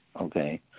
okay